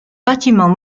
bâtiments